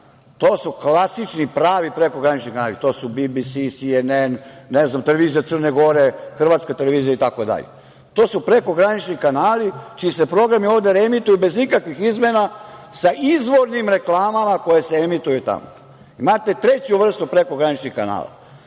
To su klasični pravi prekogranični kanali, to su BBC, CNN, ne znam, TV Crna Gora, Hrvatska televizija i tako dalje. To su prekogranični kanali čiji se programi ovde reemituju bez ikakvih izmena, sa izvornim reklamama koje se emituju tamo. Imate treću vrstu prekograničnih kanala,